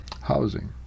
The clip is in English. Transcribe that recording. housing